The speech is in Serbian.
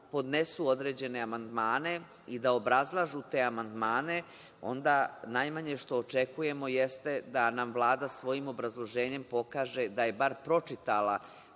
podnesu određene amandmane i da obrazlažu te amandmane, onda najmanje što očekujemo jeste da nam Vlada svojim obrazloženjem, pokaže da je bar pročitala